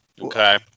Okay